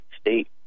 state